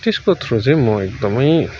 त्यसको थ्रु चाहिँ म एकदमै